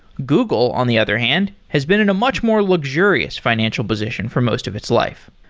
google, on the other hand, has been in a much more luxurious financial position for most of its life.